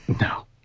No